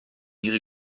ihre